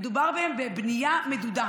מדובר בהם בבנייה מדודה.